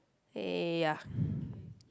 hey ya